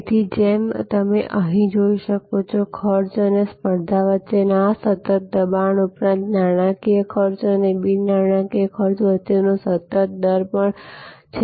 તેથી જેમ તમે અહીં જોઈ શકો છો ખર્ચ અને સ્પર્ધા વચ્ચેના આ સતત દબાણ ઉપરાંત નાણાકીય ખર્ચ અને બિન નાણાકીય ખર્ચ વચ્ચેનો સતત દર પણ છે